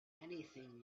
anything